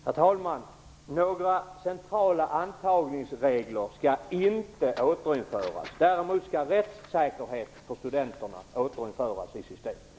Herr talman! Några centrala antagningsregler skall inte återinföras. Däremot skall rättssäkerhet för studenterna återinföras i systemet.